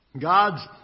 God's